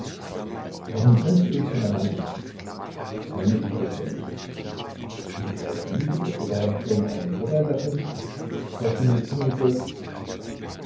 warum trennst du uns voneinander trenne ich euch denn ist es eine liebe oder habe ich irgendeinen vorteil davon daß du mir zürnen sollst